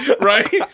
right